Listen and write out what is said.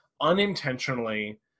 unintentionally